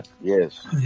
Yes